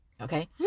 Okay